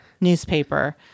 newspaper